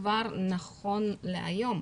כבר נכון להיום,